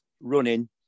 running